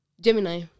Gemini